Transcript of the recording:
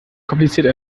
kompliziert